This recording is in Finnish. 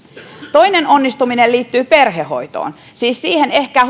toinen onnistuminen liittyy perhehoitoon siis siihen ehkä